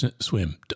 swim